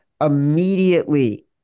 immediately